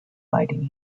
fighting